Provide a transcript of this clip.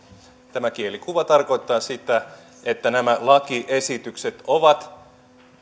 tämä kielikuva tarkoittaa sitä että nämä lakiesitykset ovat